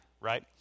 right